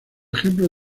ejemplos